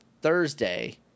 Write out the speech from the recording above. Thursday